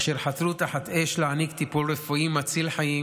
אשר חתרו תחת אש להעניק טיפול רפואי מציל חיים